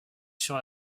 sur